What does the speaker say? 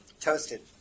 Toasted